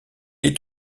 est